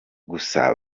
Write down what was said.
gusa